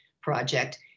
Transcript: project